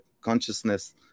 consciousness